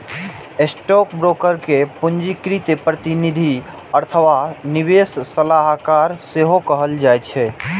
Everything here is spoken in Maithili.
स्टॉकब्रोकर कें पंजीकृत प्रतिनिधि अथवा निवेश सलाहकार सेहो कहल जाइ छै